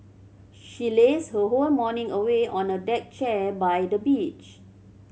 she lazed her whole morning away on a deck chair by the beach